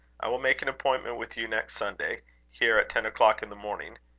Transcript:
i will make an appointment with you. next sunday here at ten o'clock in the morning.